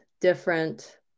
different